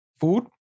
food